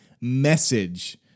message